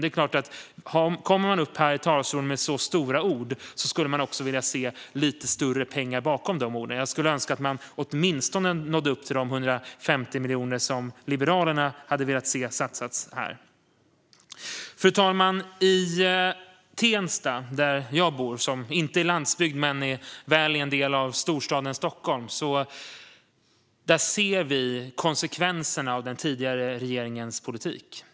Det är klart att när de kommer upp här i talarstolen med så stora ord skulle man också vilja se lite större pengar bakom orden. Jag skulle önska att de åtminstone nådde upp till de 150 miljoner som Liberalerna hade velat se satsas här. Fru talman! I Tensta, där jag bor, som inte är landsbygd men väl en del av storstaden Stockholm, ser vi konsekvenserna av den förra regeringens politik.